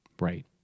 Right